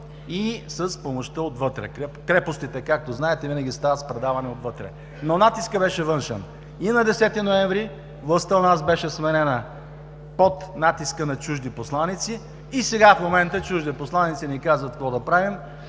и с помощта отвътре. Както знаете, крепостите винаги стават с предаване отвътре. Но натискът беше външен. И на 10 ноември властта у нас беше сменена под натиска на чужди посланици, и сега, в момента, чужди посланици ни казват какво да правим,